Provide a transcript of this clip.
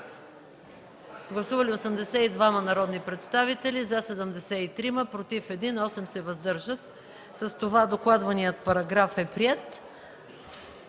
Гласували 82 народни представители: за 73, против 1, въздържали се 8. С това докладваният параграф е приет.